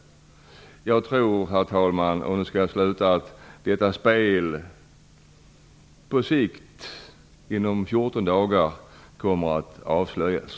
Jag tror, herr talman, att detta spel på sikt, inom 14 dagar, kommer att avslöjas.